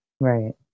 Right